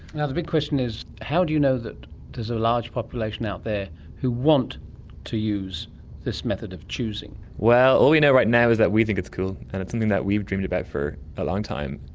and the big question is how do you know that there's a large population out there who want to use this method of choosing? all we know right now is that we think it's cool, and it's something that we've dreamed about for a long time.